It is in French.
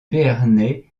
béarnais